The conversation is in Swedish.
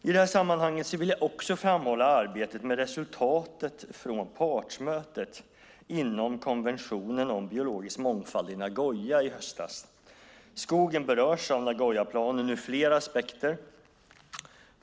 I det här sammanhanget vill jag också framhålla arbetet med resultatet från partsmötet inom konventionen om biologisk mångfald i Nagoya i höstas. Skogen berörs av Nagoyaplanen ur flera aspekter.